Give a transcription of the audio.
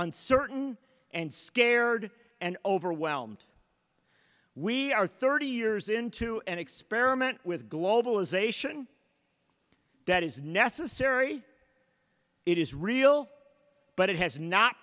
uncertain and scared and overwhelmed we are thirty years into an experiment with globalization that is necessary it is real but it has not